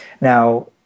Now